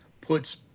puts